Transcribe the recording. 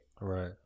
right